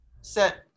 set